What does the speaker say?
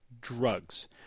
drugs